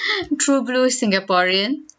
true blue singaporean